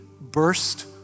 burst